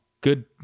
good